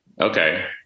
Okay